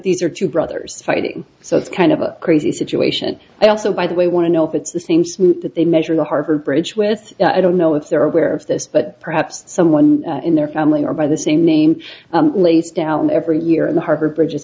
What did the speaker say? these are two brothers fighting so it's kind of a crazy situation but also by the way want to know if it's the same smoot that they measure the harvard bridge with i don't know if they're aware of this but perhaps someone in their family or by the same name lays down every year in the harbor bridge